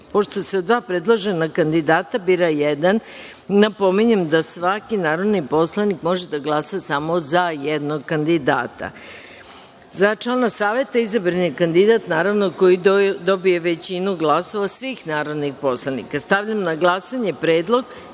se od dva predložena kandidata bira jedan član, napominjem da svaki narodni poslanik može da glasa samo za jednog kandidata.Za član Saveta izabran je kandidat koji dobije većinu glasova svih narodnih poslanika. Stavljam na glasanje predlog